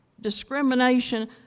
Discrimination